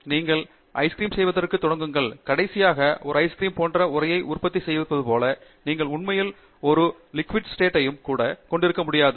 நீங்கள் ice cream செய்வதைத் தொடங்குங்கள் கடைசியாக ஒரு ஐஸ் கிரீம் போன்ற உறைந்த உற்பத்தியைப் பெற்றிருப்பது போல் நீங்கள் உண்மையில் ஒரு திரவ நிலையையும் கூட கொண்டிருக்க முடியாது